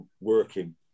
working